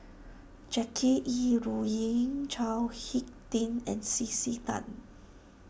Jackie Yi Ru Ying Chao Hick Tin and C C Tan